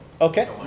Okay